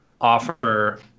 offer